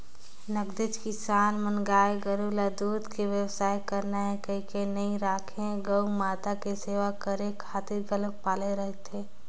नगदेच किसान मन गाय गोरु ल दूद के बेवसाय करना हे कहिके नइ राखे गउ माता के सेवा करे खातिर घलोक पाले रहिथे